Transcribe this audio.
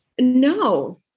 No